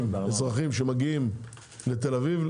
האזרחים שמגיעים לתל אביב,